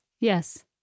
Yes